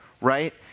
right